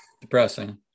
depressing